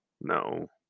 No